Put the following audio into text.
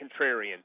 contrarian